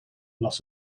las